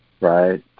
right